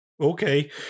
Okay